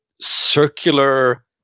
circular